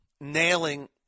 nailing